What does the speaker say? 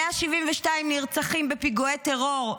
172 נרצחים בפיגועי טרור,